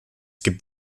gibt